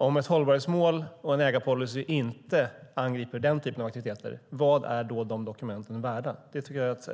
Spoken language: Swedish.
Om ett hållbarhetsmål och en ägarpolicy inte angriper den typen av aktiviteter, vad är då de dokumenten värda? Det tycker jag att